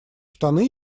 штаны